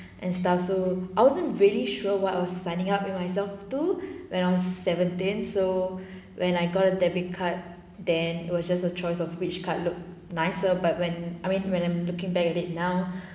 and stuff so I wasn't really sure what I was signing up and myself to when I was seventeen so when I got a debit card then it was just a choice of which card look nicer but when I mean when I'm looking back at it now